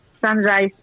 sunrise